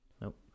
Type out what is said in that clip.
Nope